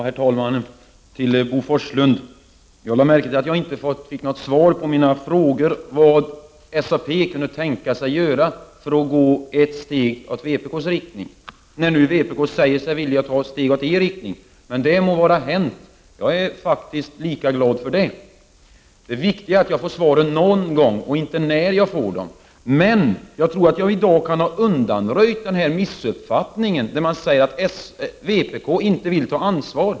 Herr talman! Jag fick inget svar av Bo Forslund på min fråga vad SAP kunde tänkas göra för att ta ett steg i den riktning som vpk går. Vpk säger sig ju vilja ta ett steg på vägen i den riktning som ni går. Men det må vara hänt. Jag är faktiskt lika glad för det. Det viktiga är inte när jag får ett svar, utan att jag får det någon gång. Men jag tror att jag i dag har undanröjt missuppfattningen om att vpk inte skulle vilja ta ansvar.